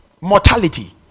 Mortality